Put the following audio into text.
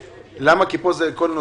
הזה.